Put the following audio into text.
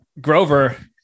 Grover